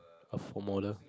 a home owner